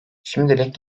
şimdilik